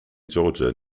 georgia